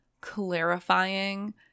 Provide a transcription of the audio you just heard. clarifying